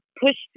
pushed